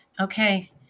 Okay